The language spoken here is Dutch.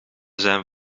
zijn